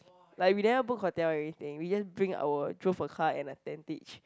like we never booked hotel everything we just bring our drove a car and a tentage